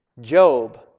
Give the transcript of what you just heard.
Job